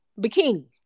bikinis